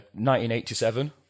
1987